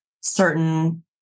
certain